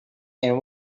and